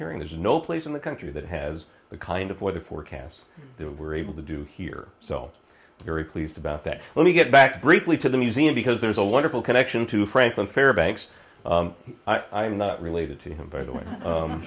hearing there's no place in the country that has the kind of weather forecasts they were able to do here so very pleased about that let me get back briefly to the museum because there's a wonderful connection to franklin fairbanks i'm not related to him b